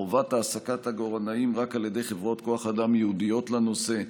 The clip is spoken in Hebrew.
חובת העסקת עגורנאים רק על ידי חברות כוח אדם ייעודיות לנושא,